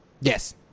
Yes